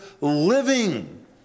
living